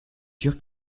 sûr